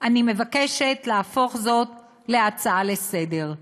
אני מבקשת להפוך זאת להצעה לסדר-היום.